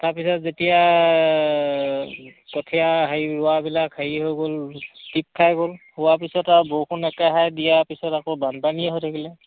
তাৰপিছত যেতিয়া কঠীয়া হেৰি ৰোৱাবিলাক হেৰি হৈ গ'ল টিপ খাই গ'ল হোৱাৰ পিছত আৰু বৰষুণ একেহাই দিয়া পিছত আকৌ বানপানীয়ে হৈ থাকিলে